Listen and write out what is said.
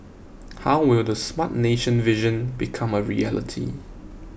how will the Smart Nation vision become a reality